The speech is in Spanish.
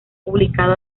publicado